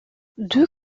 deux